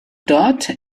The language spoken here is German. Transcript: dort